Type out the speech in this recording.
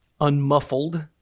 unmuffled